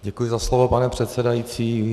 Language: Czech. Děkuji za slovo, pane předsedající.